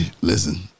listen